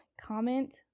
comment